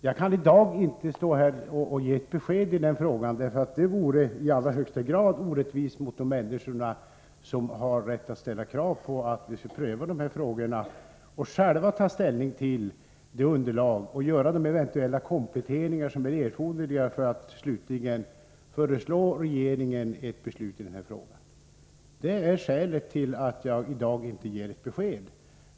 Jag kan inte stå här och ge besked i dag, för det vore i allra högsta grad orättvist mot de människor som har rätt att ställa krav på att vi skall pröva frågan och själva ta ståndpunkt och göra de eventuella kompletteringar av underlaget som är erforderliga för att slutligen föreslå regeringen ett beslut. Detta är skälet till att jag i dag inte ger något besked.